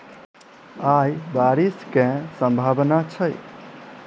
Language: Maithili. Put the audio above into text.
आय बारिश केँ सम्भावना छै?